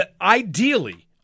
Ideally